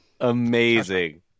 Amazing